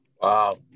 Wow